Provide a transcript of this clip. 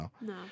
No